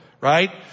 Right